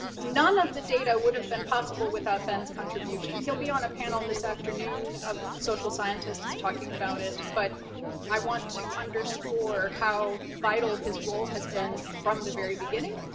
none of the data would have been possible without ben's contribution. he'll be on a panel this afternoon of social scientists talking about it. but i want to underscore how vital his role has been from the very beginning.